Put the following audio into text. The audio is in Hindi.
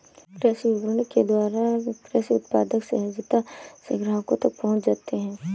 कृषि विपणन के द्वारा कृषि उत्पाद सहजता से ग्राहकों तक पहुंच जाते हैं